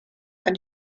and